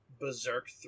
Berserk